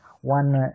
one